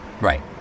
Right